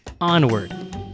Onward